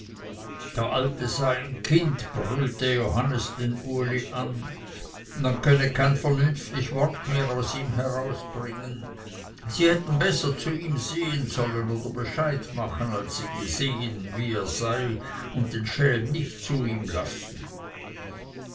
der alte sei ein kind brüllte johannes den uli an man könne kein vernünftig wort mehr aus ihm herausbringen sie hätten besser zu ihm sehen sollen oder bescheid machen als sie gesehen wie er sei und den schelm nicht zu ihm lassen